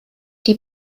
die